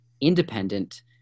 independent